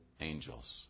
angels